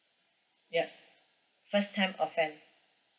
yup first time offence